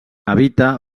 habita